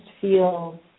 feel